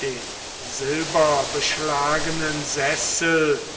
den silberbeschlagenen sessel